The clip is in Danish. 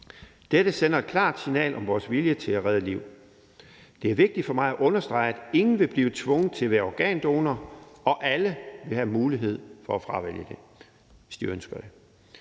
Dette sender et klart signal om vores vilje til at redde liv. Det er vigtigt for mig at understrege, at ingen vil blive tvunget til at være organdonor, og at alle vil have mulighed for at fravælge det, hvis de ønsker det.